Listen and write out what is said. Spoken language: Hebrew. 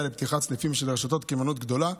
לפתיחת סניפים של רשתות קמעונאות גדולות.